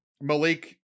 Malik